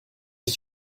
ich